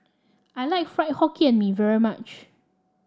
I like Fried Hokkien Mee very much